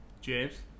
James